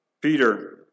Peter